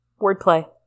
Wordplay